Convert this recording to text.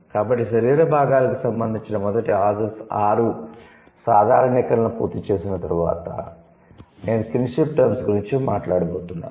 కాబట్టి శరీర భాగాలకు సంబంధించిన మొదటి 6 సాధారణీకరణలను పూర్తి చేసిన తర్వాత నేను 'కిన్షిప్ టర్మ్స్' గురించి మాట్లాడబోతున్నాను